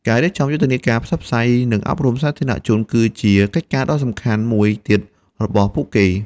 ការរៀបចំយុទ្ធនាការផ្សព្វផ្សាយ និងអប់រំសាធារណជនគឺជាកិច្ចការដ៏សំខាន់មួយទៀតរបស់ពួកគេ។